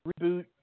reboot